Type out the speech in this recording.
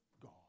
God